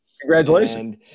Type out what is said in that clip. Congratulations